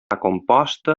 composta